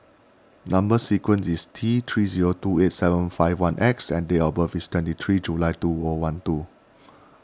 Number Sequence is T three zero two eight seven five one X and date of birth is twenty three July two O one two